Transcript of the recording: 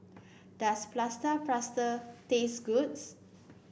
does plaster taste good